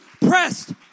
pressed